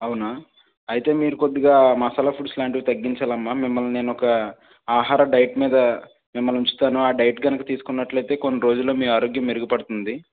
అవునా అయితే మీరు కొద్దిగా మసాలా ఫుడ్స్ లాంటివి తగ్గించాలమ్మ మిమ్మల్ని నేనొక ఆహార డైట్ మీద మిమ్మల్ని ఉంచుతాను ఆ డైట్ కనుక తీసుకున్నట్లయితే కొన్ని రోజుల్లో మీ ఆరోగ్యం మెరుగుపడుతుంది